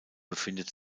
befindet